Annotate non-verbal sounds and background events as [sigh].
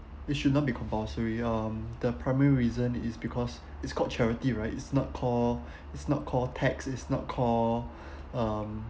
it should not be compulsory um the primary reason it is because [breath] it's called charity right not called [breath] it's not called tax is not called [breath] um